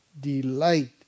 delight